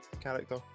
character